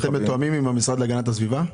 אתם מתואמים עם המשרד להגנת הסביבה?